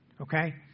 Okay